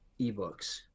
eBooks